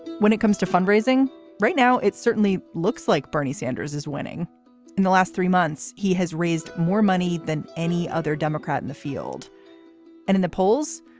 when it comes to fundraising right now, it certainly looks like bernie sanders is winning in the last three months. he has raised more money than any other democrat in the field and in the polls.